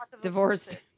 divorced